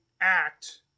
act